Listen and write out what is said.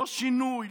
לא שינוי,